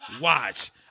Watch